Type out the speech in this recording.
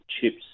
chips